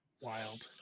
Wild